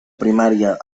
primària